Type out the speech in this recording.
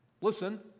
listen